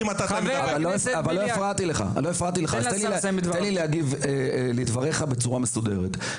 אני לא הפרעתי לך אז תן לי להגיב לדבריך בצורה מסודרת.